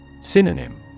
Synonym